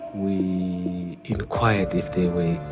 we inquired if their were